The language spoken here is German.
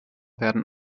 werden